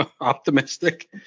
optimistic